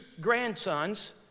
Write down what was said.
grandsons